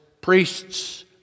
priests